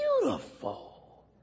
beautiful